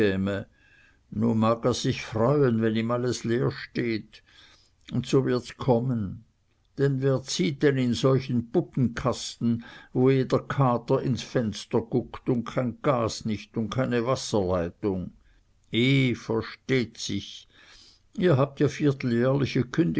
mag er sich freuen wenn ihm alles leer steht und so wird's kommen denn wer zieht denn in solchen puppenkasten wo jeder kater ins fenster kuckt un kein gas nich un keine wasserleitung i versteht sich ihr habt ja vierteljährliche